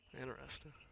Interesting